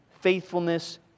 faithfulness